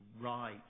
right